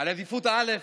על עדיפות א',